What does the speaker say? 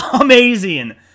amazing